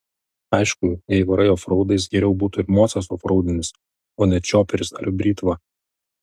aišku jei varai ofraudais geriau būtų ir mocas ofraudinis o ne čioperis ar britva